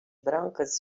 brancas